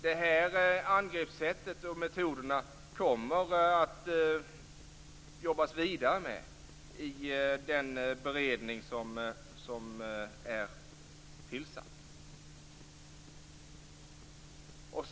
Det här angreppssättet och sådana här metoder kommer det att jobbas vidare med i den beredning som är tillsatt.